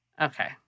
Okay